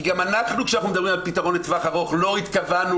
כי גם אנחנו כשמדברים על פתרון לטווח ארוך לא התכוונו